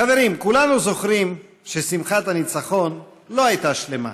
חברים, כולנו זוכרים ששמחת הניצחון לא הייתה שלמה.